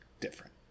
different